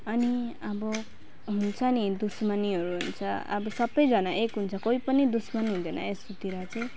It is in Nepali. अनि अब हुन्छ नि दुस्मनीहरू हुन्छ अब सबैजना एक हुन्छ कोही पनि दुस्मनी हुँदैन यस्तोतिर चाहिँ